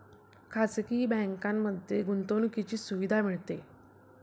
खाजगी बँकांमध्ये गुंतवणुकीची सुविधा मिळते